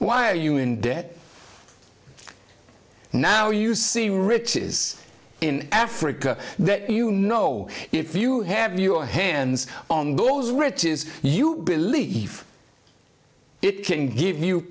why are you in debt now you see riches in africa that you know if you have your hands on those riches you believe it can give you